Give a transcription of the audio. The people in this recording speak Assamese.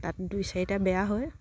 তাত দুই চাৰিটা বেয়া হয়